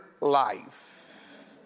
life